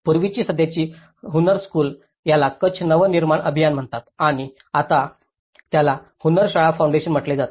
पूर्वीची सध्याची हुनरस्कूल याला कच्छ नव निर्माण अभियान म्हणतात आणि आता त्याला हन्नरशाला फाउंडेशन म्हटले जाते